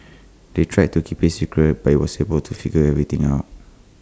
they tried to keep IT A secret but he was able to figure everything out